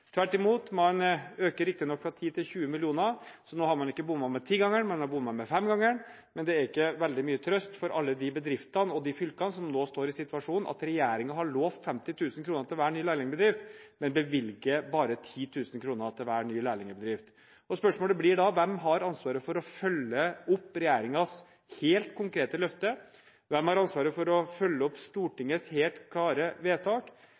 tvert imot. Man øker riktignok fra 10 til 20 mill. kr, så nå har man ikke bommet med tigangeren, man har bommet med femgangeren. Det er ikke veldig mye trøst for alle de bedriftene og de fylkene som nå står i den situasjonen at regjeringen har lovet 50 000 til hver nye lærlingbedrift, men bevilger bare 10 000 kr til hver nye lærlingbedrift. Spørsmålet blir da hvem som har ansvaret for å følge opp regjeringens helt konkrete løfte. Hvem har ansvaret for å følge opp Stortingets helt klare vedtak?